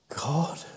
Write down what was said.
God